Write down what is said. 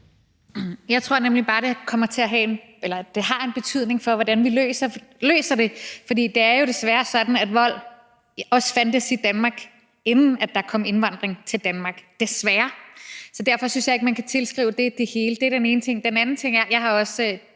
Jeg tror nemlig bare, det har en betydning for, hvordan vi løser det, for det er jo desværre sådan, at vold også fandtes i Danmark, inden der kom indvandring til Danmark – desværre. Men derfor synes jeg ikke, man kan tilskrive det det hele. Det er den ene ting. Den anden ting er, at i de